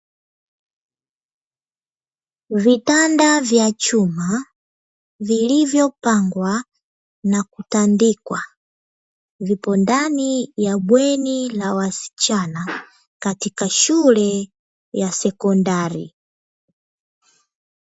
Vitanda vya chuma vilivyopangwa na kutandikwa, vipo ndani ya bweni la wasichana katika shule ya sekondari.